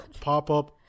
pop-up